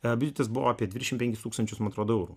buvo apie trisdešim penkis tūkstančius man atrodo eurų